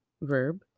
verb